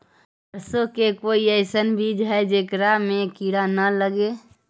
सरसों के कोई एइसन बिज है जेकरा में किड़ा न लगे?